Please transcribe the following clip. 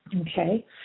okay